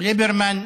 ליברמן,